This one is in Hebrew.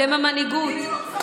אתם המנהיגות.